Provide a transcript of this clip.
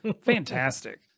fantastic